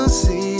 see